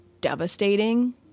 devastating